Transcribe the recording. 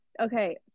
Okay